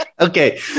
Okay